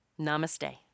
Namaste